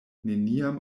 neniam